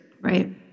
right